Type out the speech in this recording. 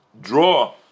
draw